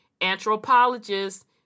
anthropologist